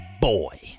boy